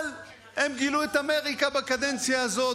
אבל הם גילו את אמריקה בקדנציה הזאת,